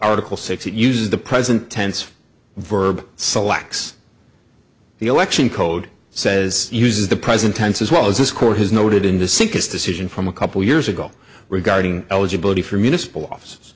article six it uses the present tense verb selects the election code says use the present tense as well as this court has noted in the sink is decision from a couple years ago regarding eligibility for municipal off